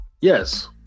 Yes